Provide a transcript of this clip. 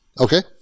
Okay